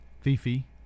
Fifi